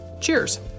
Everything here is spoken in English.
Cheers